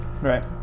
Right